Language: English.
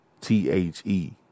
t-h-e